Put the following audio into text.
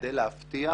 כדי להבטיח